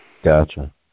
Gotcha